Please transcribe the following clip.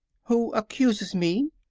who accuses me?